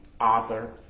author